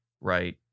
right